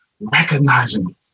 recognizing